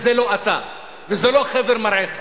וזה לא אתה וזה לא חבר מרעיך.